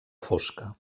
fosca